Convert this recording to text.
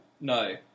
No